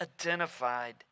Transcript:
identified